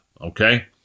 Okay